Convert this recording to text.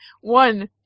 One